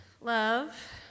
love